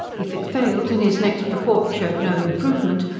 if it failed, and his next report showed no improvement,